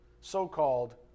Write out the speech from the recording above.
so-called